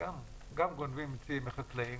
גונבים גם מחקלאים,